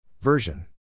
Version